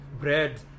bread